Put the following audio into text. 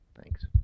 thanks